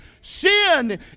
Sin